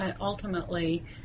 ultimately